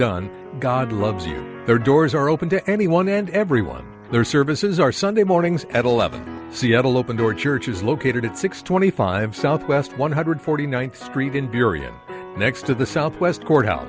done god loves you there doors are open to anyone and everyone their services are sunday mornings at eleven seattle open door church is located at six twenty five south west one hundred forty ninth street in burey and next to the southwest courthouse